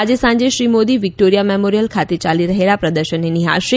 આજે સાંજે Shri Modi Victoria Memorial ખાતે ચાલી રહેલાં પ્રદર્શનને નિહાળશે